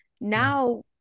Now